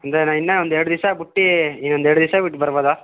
ಅಂದರೆ ನಾ ಇನ್ನೂ ಒಂದು ಎರಡು ದಿವಸ ಬುಟ್ಟು ಇನ್ನೊಂದು ಎರಡು ದಿವಸ ಬಿಟ್ಟು ಬರ್ಬೌದಾ